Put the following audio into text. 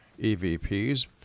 EVPs